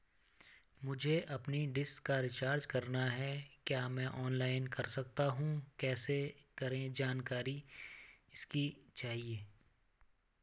मुझे अपनी डिश का रिचार्ज करना है क्या मैं ऑनलाइन कर सकता हूँ कैसे करें इसकी जानकारी चाहिए?